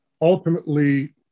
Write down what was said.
ultimately